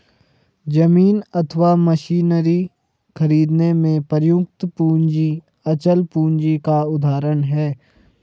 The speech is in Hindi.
जमीन अथवा मशीनरी खरीदने में प्रयुक्त पूंजी अचल पूंजी का उदाहरण है